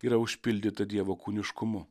yra užpildyta dievo kūniškumu